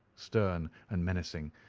stern, and menacing,